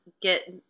get